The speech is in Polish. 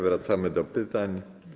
Wracamy do pytań.